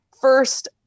first